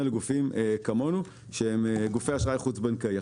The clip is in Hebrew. לגופים כמונו שהם גופי אשראי חוץ בנקאי.